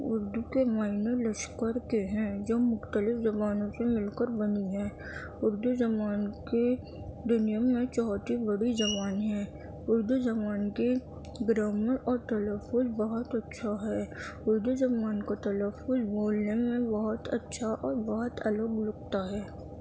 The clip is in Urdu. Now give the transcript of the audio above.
اردو کے معنی لشکر کے ہیں جو مختلف زبانوں سے مل کر بنی ہے اردو زبان کی دنیا میں چوتھی بڑی زبان ہے اردو زبان کی گرامر اور تلفظ بہت اچھا ہے اردو زبان کا تلفط بولنے میں بہت اچھا اور بہت الگ لگتا ہے